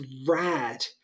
rad